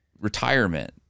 retirement